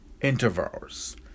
intervals